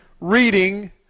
reading